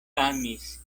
amis